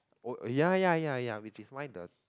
oh uh ya ya ya ya which is why the